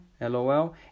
lol